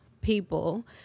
people